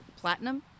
Platinum